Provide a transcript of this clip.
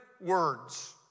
words